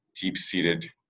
deep-seated